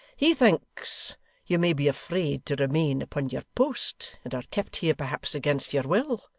he thinks you may be afraid to remain upon your post, and are kept here perhaps against your will.